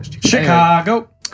Chicago